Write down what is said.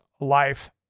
life